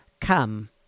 Come